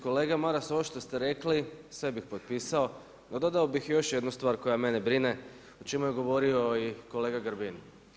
Kolega Maras, ovo što ste rekli sve bih potpisao, no dodao bih još jednu stvar koja mene brine o čemu je govorio i kolega Grbin.